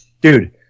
Dude